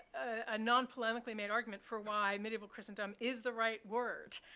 a nonpolemically made argument, for why medieval christendom is the right word,